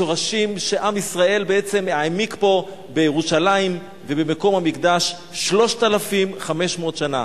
השורשים שעם ישראל בעצם העמיק פה בירושלים ובמקום המקדש 3,500 שנה.